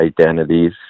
identities